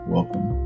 Welcome